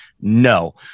No